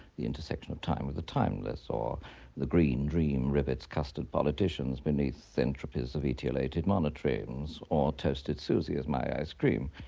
the intersection of time with the timeless, or the green dream rivets custard politicians beneath entropies of etiolated monotremes or toasted suzy with my ice cream.